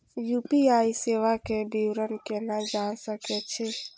UPI सेवा के विवरण केना जान सके छी?